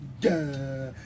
Duh